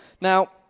Now